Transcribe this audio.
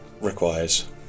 requires